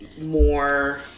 more